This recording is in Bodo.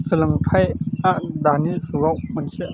सोलोंथाइआ दानि जुगाव मोनसे